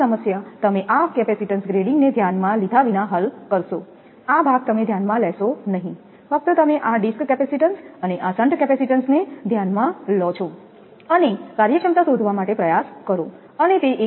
આ જ સમસ્યા તમે આ કેપેસિટેન્સ ગ્રેડિંગને ધ્યાનમાં લીધા વિના હલ કરશો આ ભાગ તમે ધ્યાનમાં લેશો નહીં ફક્ત તમે આ ડિસ્ક કેપેસિટેન્સ અને આ શન્ટ કેપેસિટેન્સને ધ્યાનમાં લો છો અને કાર્યક્ષમતા શોધવા માટે પ્રયાસ કરો અને તે એકની તુલના 86